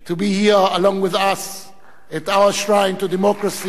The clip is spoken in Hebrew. to be here along with us at our shrine of democracy,